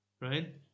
Right